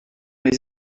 les